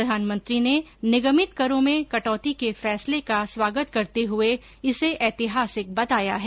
प्रधानमंत्री ने निगमित करों में कटौती के फैसले का स्वागत करते हुए इसे ऐतिहासिक बताया है